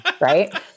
Right